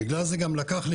בגלל זה גם לקח לי,